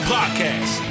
Podcast